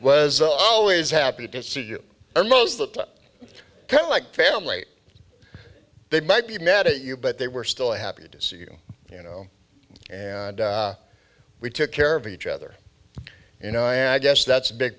was always happy to see you or most of the car like family they might be mad at you but they were still happy to see you you know and we took care of each other you know i guess that's a big